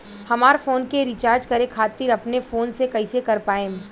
हमार फोन के रीचार्ज करे खातिर अपने फोन से कैसे कर पाएम?